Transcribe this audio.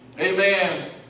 Amen